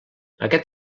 aquest